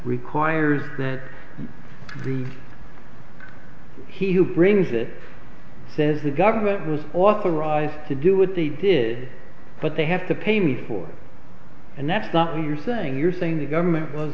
requires that the he who brings it says the government was authorized to do what they did but they have to pay me for and that's not me you're saying you're saying the government was